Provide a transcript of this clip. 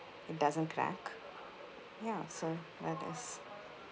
it doesn't crack ya so that is